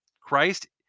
Christ